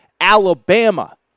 Alabama